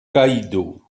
kaidō